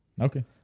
Okay